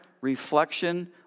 reflection